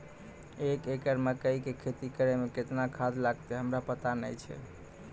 एक एकरऽ मकई के खेती करै मे केतना खाद लागतै हमरा पता नैय छै?